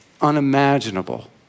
unimaginable